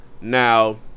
Now